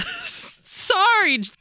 Sorry